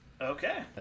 Okay